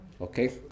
Okay